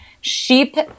sheep